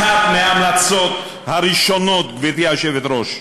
אחת מההמלצות הראשונות, גברתי היושבת-ראש,